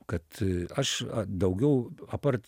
kad aš daugiau apart